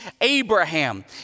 Abraham